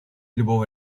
любого